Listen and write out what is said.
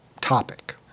topic